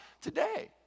today